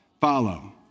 follow